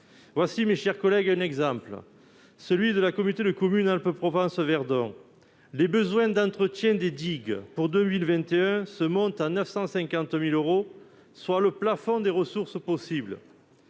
mes chers collègues, de vous donner l'exemple de la communauté de communes Alpes Provence Verdon. Les besoins d'entretien des digues pour 2021 se montent à 950 000 euros, soit le plafond des ressources possibles.